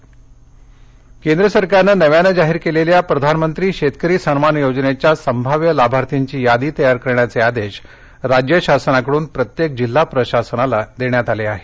शेतकरी सन्मान केंद्र सरकारनं नव्यानं जाहीर केलेल्या प्रधानमंत्री शेतकरी सन्मान योजनेच्या संभाव्य लाभार्थींची यादी तयार करण्याचे आदेश राज्य शासनाकडून प्रत्येक जिल्हा प्रशासनाला देण्यात आले आहेत